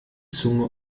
zunge